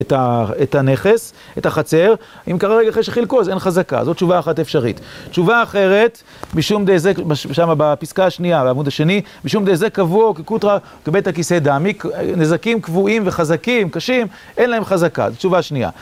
את הנכס, את החצר, אם קרה רגע אחרי שחילקו, אז אין חזקה, זאת תשובה אחת אפשרית. תשובה אחרת, שמה בפיסקה השנייה, בעמוד השני, משום דהיזק קבוע, הוא כקוטרא וכבית הכיסא דמי, נזקים קבועים וחזקים, קשים, אין להם חזקה, זאת תשובה שנייה.